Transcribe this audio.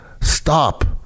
Stop